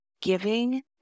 giving